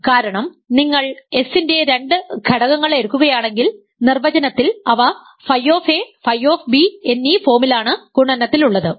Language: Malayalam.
കാരണം നിങ്ങൾ S ൻറെ രണ്ട് ഘടകങ്ങൾ എടുക്കുകയാണെങ്കിൽ നിർവചനത്തിൽ അവ ф ф എന്നീ ഫോമിലാണ് ഗുണനത്തിലുള്ളത്